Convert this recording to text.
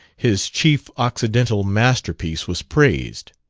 his chief occidental masterpiece was praised.